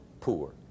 poor